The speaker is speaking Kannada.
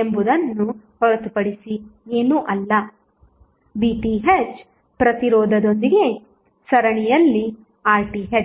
ಎಂಬುದುಅನ್ನು ಹೊರತುಪಡಿಸಿ ಏನೂ ಅಲ್ಲ VTh ಪ್ರತಿರೋಧಯೊಂದಿಗೆ ಸರಣಿಯಲ್ಲಿ RTh